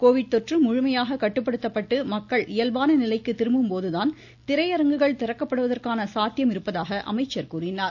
Covid தொற்று முழுமையாக கட்டுப்படுத்தப்பட்டு மக்கள் இயல்பான நிலைக்கு திரும்பும்போதுதான் திரையரங்குகள் திறக்கப்படுவதற்கான சாத்தியம் இருப்பதாக அமைச்சர் கூறினார்